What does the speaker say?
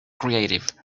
creative